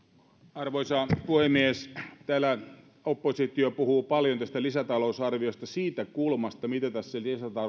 arvoisa puhemies täällä oppositio puhuu paljon tästä lisätalousarviosta siitä kulmasta mitä tässä